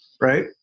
right